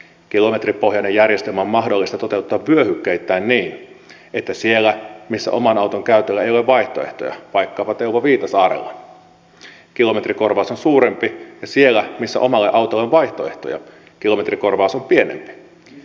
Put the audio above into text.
kilometripohjainen järjestelmä on mahdollista toteuttaa vyöhykkeittäin niin että siellä missä oman auton käytölle ei ole vaihtoehtoja vaikkapa teuvon viitasaarella kilometrikorvaus on suurempi ja siellä missä omalle autolle on vaihtoehtoja kilometrikorvaus on pienempi